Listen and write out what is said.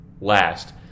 last